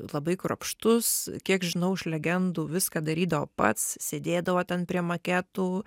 labai kruopštus kiek žinau iš legendų viską darydavo pats sėdėdavo ten prie maketų